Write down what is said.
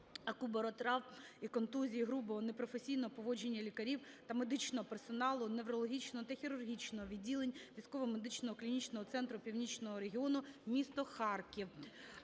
акубаротравм і контузій, грубого, непрофесійного поводження лікарів та медичного персоналу неврологічного та хірургічного відділень Військово-медичного клінічного центру Північного регіону (місто Харків).